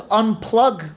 unplug